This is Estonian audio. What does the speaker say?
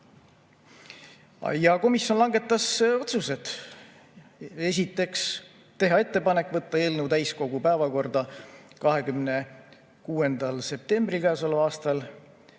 Komisjon langetas otsused. Esiteks, teha ettepanek võtta eelnõu täiskogu päevakorda 26. septembril käesoleval aastal,